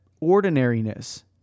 ordinariness